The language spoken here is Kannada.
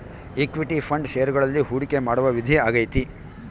ಇಕ್ವಿಟಿ ಫಂಡ್ ಷೇರುಗಳಲ್ಲಿ ಹೂಡಿಕೆ ಮಾಡುವ ನಿಧಿ ಆಗೈತೆ